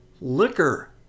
Liquor